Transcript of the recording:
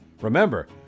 Remember